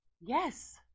yes